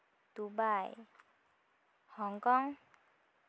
Dubai Hong Kong